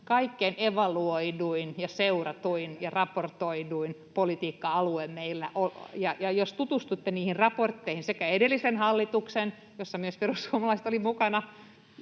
kaikkein evaluoiduin ja seuratuin ja raportoiduin politiikka-alue meillä, ja jos tutustutte niihin raportteihin sekä edellisen hallituksen raportteihin, jossa myös perussuomalaiset olivat mukana